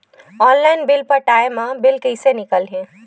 Online bill पटाय मा bill कइसे निकलही?